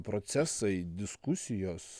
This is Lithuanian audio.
procesai diskusijos